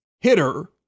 hitter